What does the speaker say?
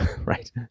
right